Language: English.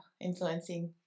influencing